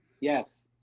Yes